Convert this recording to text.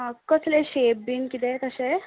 आं कसले शेप बी कितें तशें